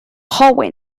hallway